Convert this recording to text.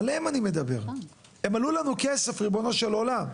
עליהם אני מדבר, הם עלו לנו כסף, ריבונו של עולם,